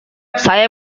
saya